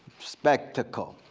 spectacle.